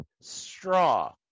straw